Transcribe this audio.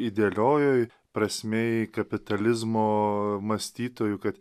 idealiojoj prasmėj kapitalizmo mąstytojų ka